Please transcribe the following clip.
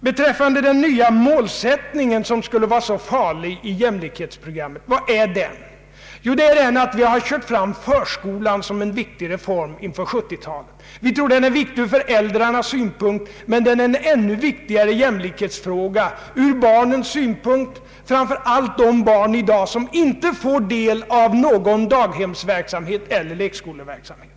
Beträffande den nya målsättningen i jämlikhetsprogrammet, som skulle vara så farlig, vill jag bara säga att vi för det första fört fram förskolan som en viktig reform inför 1970-talet. Vi tror att den är viktig från föräldrarnas synpunkt, men att den är en än viktigare jämlikhetsfråga ur barnens synpunkt, framför allt de barn som i dag inte får del av någon daghemseller lekskoleverksamhet.